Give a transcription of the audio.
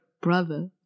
brother